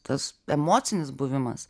tas emocinis buvimas